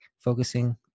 focusing